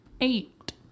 Eight